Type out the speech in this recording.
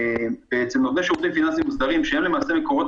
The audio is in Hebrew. אצל נותני שירותים פיננסיים מוסדרים שהם למעשה מקורות